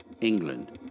England